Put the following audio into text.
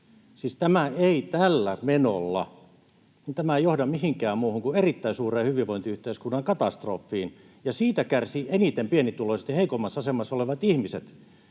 tämä ei tällä menolla johda mihinkään muuhun kuin erittäin suureen hyvinvointiyhteiskunnan katastrofiin, ja siitä kärsivät eniten pienituloiset ja heikoimmassa asemassa olevat ihmiset.